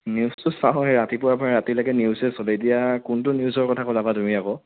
নিউজতো চাওঁৱেই ৰাতিপুৱাৰ পৰা ৰাতিলৈকে নিউজে চলে এতিয়া কোনটো নিউজৰ কথা ক'লা বা তুমি আকৌ